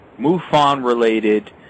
MUFON-related